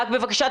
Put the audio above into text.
מראש אני